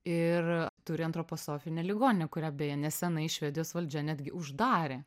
ir turi antroposofinę ligoninę kurią beje neseniai švedijos valdžia netgi uždarė